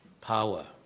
power